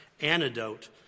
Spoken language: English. antidote